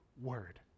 word